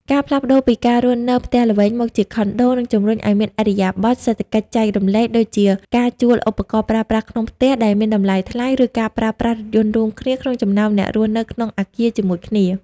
ការផ្លាស់ប្តូរពីការរស់នៅផ្ទះល្វែងមកជាខុនដូ នឹងជម្រុញឱ្យមានឥរិយាបថ "សេដ្ឋកិច្ចចែករំលែក" ដូចជាការជួលឧបករណ៍ប្រើប្រាស់ក្នុងផ្ទះដែលមានតម្លៃថ្លៃ ឬការប្រើប្រាស់រថយន្តរួមគ្នា ក្នុងចំណោមអ្នករស់នៅក្នុងអាគារជាមួយគ្នា។